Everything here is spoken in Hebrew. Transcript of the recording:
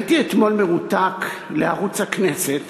הייתי אתמול מרותק לערוץ הכנסת,